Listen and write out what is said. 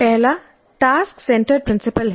पहला task centred principle है